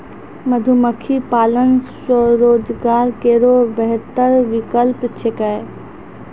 मधुमक्खी पालन स्वरोजगार केरो बेहतर विकल्प छिकै